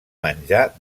menjar